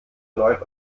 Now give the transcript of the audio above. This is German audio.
erneut